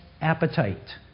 appetite